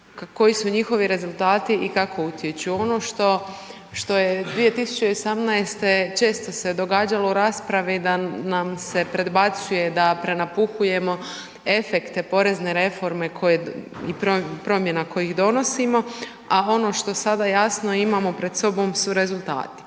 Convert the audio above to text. koji su njihovi rezultati i kako utječu. Ono što je 2018. često se događalo u raspravi da nam se predbacuje da prenapuhujemo efekte porezne reforme koje i promjena koje donosimo a ono što sada jasno imamo pred sobom su rezultati.